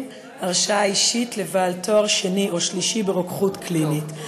(הרשאה אישית לבעל תואר שני או שלישי ברוקחות קלינית).